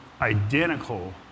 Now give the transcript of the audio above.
identical